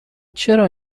چرا